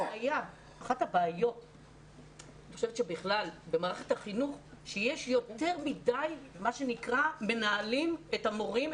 אחת הבעיות בכלל במערכת החינוך שיש יותר מדי מה שנקרא מנהלים את המורים,